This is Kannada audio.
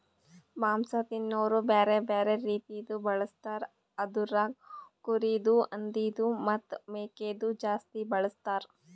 ಮಾಂಸ ತಿನೋರು ಬ್ಯಾರೆ ಬ್ಯಾರೆ ರೀತಿದು ಬಳಸ್ತಾರ್ ಅದುರಾಗ್ ಕುರಿದು, ಹಂದಿದು ಮತ್ತ್ ಮೇಕೆದು ಜಾಸ್ತಿ ಬಳಸ್ತಾರ್